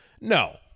No